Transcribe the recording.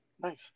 Nice